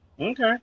Okay